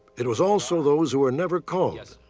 it was also those who were never called.